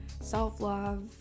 self-love